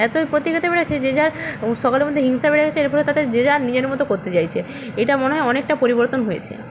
এতোই প্রতিযোগিতা বেড়েছে যে যার সকলের মধ্যে হিংসা বেড়ে গেছে এর ফলে তাতে যে যার নিজের মতো করতে চাইছে এটা মনে হয় অনেকটা পরিবর্তন হয়েছে